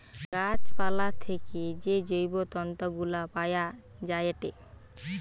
গাছ পালা থেকে যে জৈব তন্তু গুলা পায়া যায়েটে